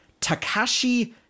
Takashi